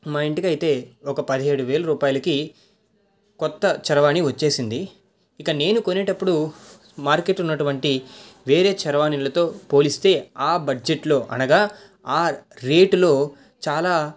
మా ఇంటికి అయితే ఒక పదిహేడు వేల రూపాయలకి కొత్త చరవాణి వచ్చింది ఇక నేను కొనేటప్పుడు మార్కెటు ఉన్నటువంటి వేరే చరవాణిలతో పోలిస్తే ఆ బడ్జెట్లో అనగా ఆ రేటులో చాలా